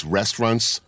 restaurants